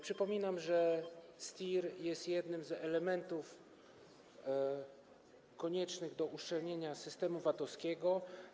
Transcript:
Przypominam, że STIR jest jednym z elementów koniecznych do uszczelnienia systemu VAT-owskiego.